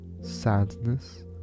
sadness